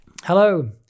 Hello